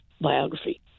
biography